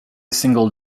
single